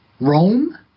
Rome